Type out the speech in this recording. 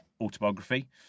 autobiography